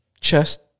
chest